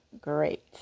great